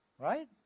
Right